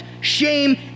shame